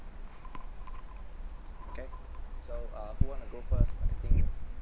okay so uh who want to go first I think